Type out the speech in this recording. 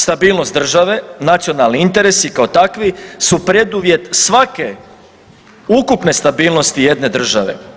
Stabilnost države, nacionalni interesi kao takvi su preduvjet svake ukupne stabilnosti jedne države.